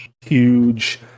huge